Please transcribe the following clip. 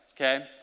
okay